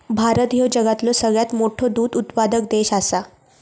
भारत ह्यो जगातलो सगळ्यात मोठो दूध उत्पादक देश आसा